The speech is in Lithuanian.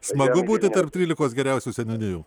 smagu būti tarp trylikos geriausių seniūnijų